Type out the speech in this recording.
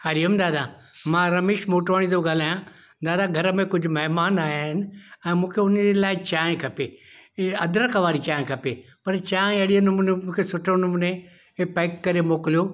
हरिओम दादा मां रमेश मोटवाणी थो ॻाल्हायां दादा घर में कुझु महिमान आया आहिनि ऐं मूंखे उन लाए चांहि खपे इए अदरक वारी चांहि खपे पर चांहि अहिड़े नमूने मूंखे सुठो नमूने हे पैक करे मोकिलियो